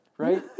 Right